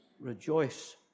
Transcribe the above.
Rejoice